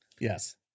Yes